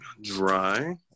dry